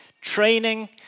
Training